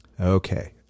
Okay